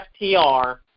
FTR